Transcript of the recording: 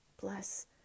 bless